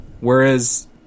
whereas